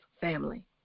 family